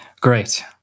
Great